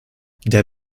der